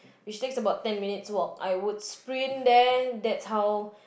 which takes about ten minute walk I would sprint there that's how